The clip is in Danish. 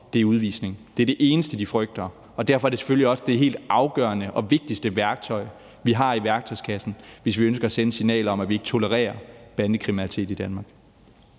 er en udvisning. Det er det eneste, de frygter, og derfor er det selvfølgelig også det helt afgørende og det vigtigste værktøj, vi har i værktøjskassen, hvis vi ønsker at sende et signal om, at vi ikke tolererer bandekriminalitet i Danmark.